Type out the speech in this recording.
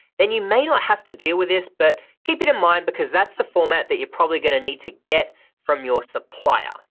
then you may not have to deal with this, but keep it in mind because that's the format that you're probably gonna need to get from your supplier.